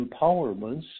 empowerments